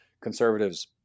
conservatives